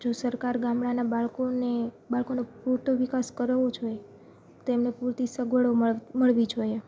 જો સરકાર ગામડાંના બાળકોને બાળકોનો પૂરતો વિકાસ કરવો જ હોય તો એમને પૂરતી સગવડો મળવી જોઈએ